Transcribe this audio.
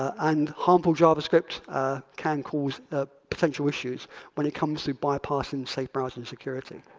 and harmful javascript can cause ah potential issues when it comes to bypassing safe browsing security.